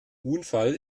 unfall